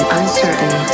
uncertain